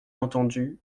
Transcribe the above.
entendu